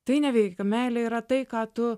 tai neveikia meilė yra tai ką tu